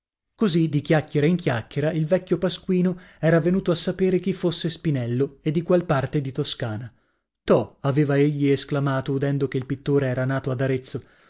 così di chiacchiera in chiacchiera il vecchio pasquino era venuto a sapere chi fosse spinello e di qual parte di toscana to aveva egli esclamato udendo che il pittore era nato ad arezzo